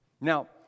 Now